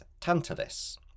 Tantalus